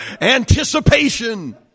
Anticipation